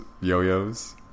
yo-yos